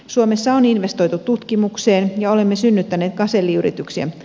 suomessa on investoitu tutkimukseen ja olemme synnyttäneet gaselliyrityksiä